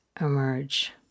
emerge